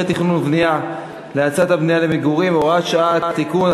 תכנון ובנייה להאצת הבנייה למגורים (הוראת שעה) (תיקון),